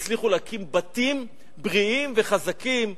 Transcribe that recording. שיצליחו להקים בתים בריאים וחזקים,